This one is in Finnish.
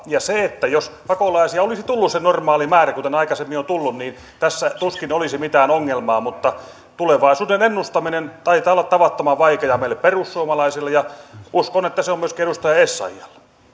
ja jos pakolaisia olisi tullut se normaali määrä kuten aikaisemmin on tullut niin tässä tuskin olisi mitään ongelmaa mutta tulevaisuuden ennustaminen taitaa olla tavattoman vaikeaa meille perussuomalaisille ja uskon että se on myöskin edustaja essayahille